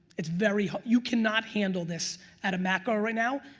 it's very hot, you cannot handle this at a macro right now,